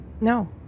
No